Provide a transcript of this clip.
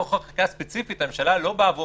בתוך החקיקה הספציפית הממשלה לא באה ואומרת: